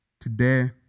today